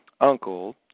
uncle